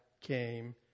came